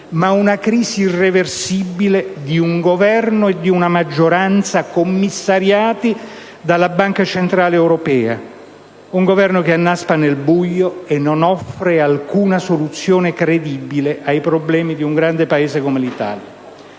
ma quella irreversibile di un Governo e di una maggioranza commissariati dalla Banca centrale europea; un Governo che annaspa nel buio e non offre alcuna soluzione credibile ai problemi di un grande Paese come l'Italia.